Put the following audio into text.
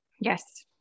Yes